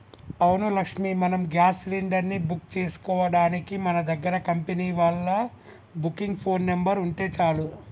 అవును లక్ష్మి మనం gas cylinder ని బుక్ చేసుకోవడానికి మన దగ్గర కంపెనీ వాళ్ళ బుకింగ్ ఫోన్ నెంబర్ ఉంటే చాలు